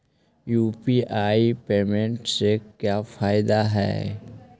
UPI payment से का फायदा है?